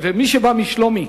מי שבא משלומי,